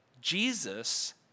Jesus